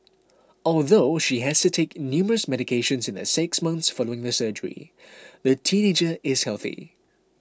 although she has to take numerous medications in the six months following the surgery the teenager is healthy